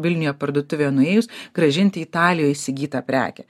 vilniuje parduotuvėje nuėjus grąžinti italijoj įsigytą prekę